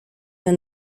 der